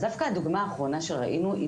אז דווקא הדוגמה האחרונה שראינו היא